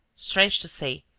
strange to say,